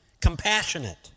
compassionate